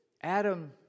Adam